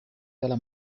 della